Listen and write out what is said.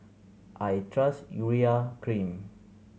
I trust Urea Cream